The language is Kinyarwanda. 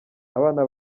abana